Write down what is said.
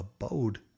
abode